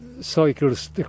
cycles